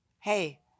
Hey